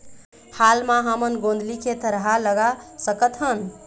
हाल मा हमन गोंदली के थरहा लगा सकतहन?